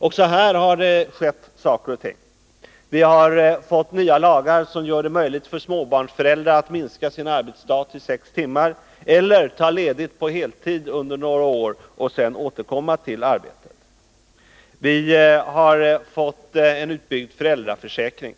Också här har det skett saker och ting. Vi har fått nya lagar, som gör det möjligt för småbarnsföräldrar att minska sin arbetsdag till sex timmar eller ta ledigt på heltid under några år och sedan återkomma till arbetet. Vi har vidare fått en utbyggd föräldraförsäkring.